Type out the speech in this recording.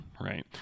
right